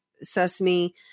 Sesame